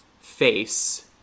face